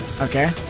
Okay